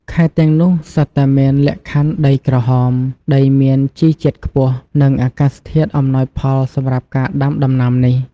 ខេត្តទាំងនោះសុទ្ធតែមានលក្ខខណ្ឌដីក្រហម ដីមានជីជាតិខ្ពស់ និងអាកាសធាតុអំណោយផលសម្រាប់ការដាំដំណាំនេះ។